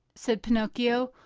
said pinocchio,